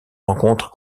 rencontre